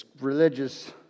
religious